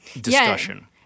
discussion